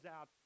out